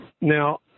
Now